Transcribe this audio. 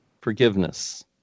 forgiveness